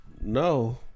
No